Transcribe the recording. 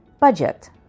budget